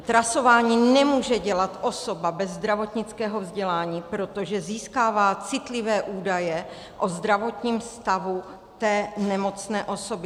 Trasování nemůže dělat osoba bez zdravotnického vzdělání, protože získává citlivé údaje o zdravotním stavu té nemocné osoby.